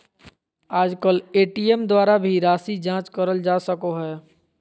आजकल ए.टी.एम द्वारा भी राशी जाँच करल जा सको हय